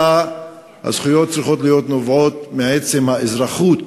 אלא הזכויות צריכות לנבוע מעצם האזרחות